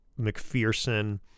McPherson